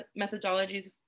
methodologies